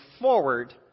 forward